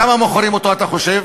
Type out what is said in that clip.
בכמה מוכרים אותו אתה חושב?